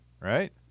right